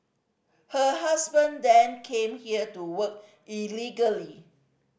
her husband then came here to work illegally